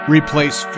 Replace